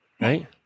right